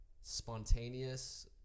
spontaneous